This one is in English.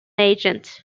agent